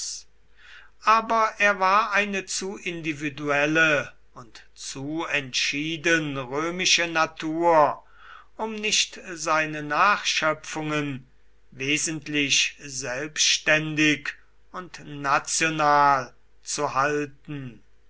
aber er war eine zu individuelle und zu entschieden römische natur um nicht seine nachschöpfungen wesentlich selbständig und national zu halten